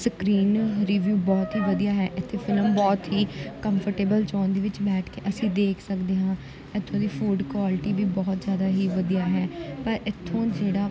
screen review ਬਹੁਤ ਹੀ ਵਧੀਆ ਹੈ ਇੱਥੇ ਫਿਲਮ ਬਹੁਤ ਹੀ ਕੰਫਰਟੇਬਲ ਜੋਨ ਦੇ ਵਿੱਚ ਬੈਠ ਕੇ ਅਸੀਂ ਦੇਖ ਸਕਦੇ ਹਾਂ ਇੱਥੋਂ ਦੀ ਫੂਡ ਕੁਆਲਿਟੀ ਵੀ ਬਹੁਤ ਜ਼ਿਆਦਾ ਹੀ ਵਧੀਆ ਹੈ ਪਰ ਇੱਥੋਂ ਜਿਹੜਾ